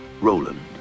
Roland